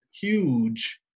huge